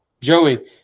Joey